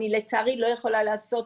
לצערי, אני לא יכולה לעשות